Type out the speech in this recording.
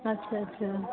अच्छा अच्छा